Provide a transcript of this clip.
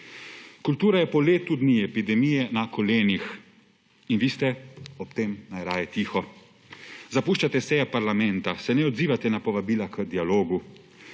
Kultura je po letu dni epidemije na kolenih in vi ste ob tem najraje tiho. Zapuščate seje parlamenta, se ne odzivate na povabila k dialogu,